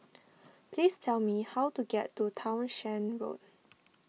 please tell me how to get to Townshend Road